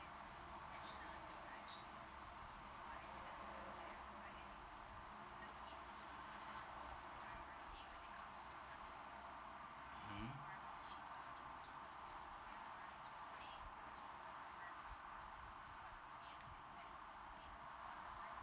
mmhmm